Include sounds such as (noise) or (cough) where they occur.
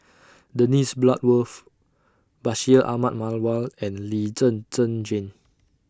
(noise) Dennis Bloodworth Bashir Ahmad Mallal and Lee Zhen Zhen Jane